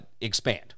expand